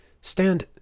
Stand